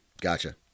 Gotcha